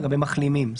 לגבי מחלימים.